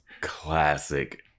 classic